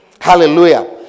Hallelujah